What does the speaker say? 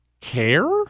care